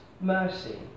mercy